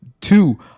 two